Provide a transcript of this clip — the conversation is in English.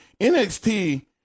NXT